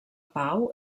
pau